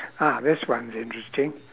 ah this one's interesting